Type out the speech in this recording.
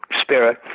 spirit